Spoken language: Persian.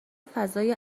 فضای